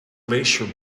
glacier